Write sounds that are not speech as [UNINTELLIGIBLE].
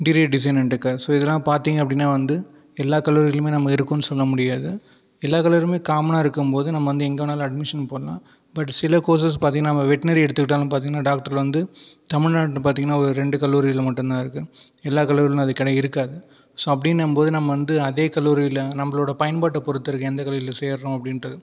[UNINTELLIGIBLE] so இதெல்லாம் பார்த்தீங்க அப்படின்னா வந்து எல்லா கல்லூரிகளிலுமே நம்ம இருக்கும்னு சொல்ல முடியாது எல்லா கல்லூரியிலுமே காமனா இருக்கும்போது நம்ம வந்து எங்கே வேணுனாலும் அட்மிஷன் போடலாம் பட் சில கோர்ஸ்சஸ் பார்த்தீங்கன்னா நம்ம வெட்னரி எடுத்துகிட்டோம் பார்த்தீங்கன்னா டாக்டர் வந்து தமிழ்நாட்டில் பார்த்தீங்கன்னா ஒரு ரெண்டு கல்லூரியில் மட்டும்தான் இருக்குது எல்லா கல்லூரியிலேயும் அது இருக்காது ஸோ அப்படின்னும்போது நம்ம வந்து அதே கல்லூரியில் நம்மளோட பயன்பாட்டை பொறுத்து இருக்குது எந்த கல்லூரியில் சேருகிறோம் அப்படின்றது